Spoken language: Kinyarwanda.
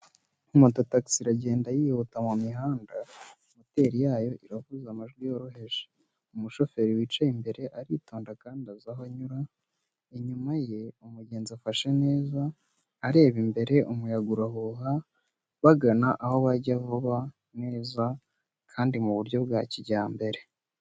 Moto taxi iragenda yihuta mu mihanda, moteri yayo ivuza amajwi yoroheje. Umushoferi wicaye imbere aritonda kandi azi aho anyura. Inyuma ye, umugenzi afashe neza, areba imbere. Umuyaga urahuha, bagana aho bajya vuba, neza, kandi mu buryo bwa kijyambere.